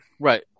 Right